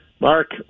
Mark